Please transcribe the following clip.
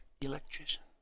Electrician